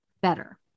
better